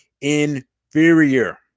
inferior